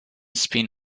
spin